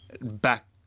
back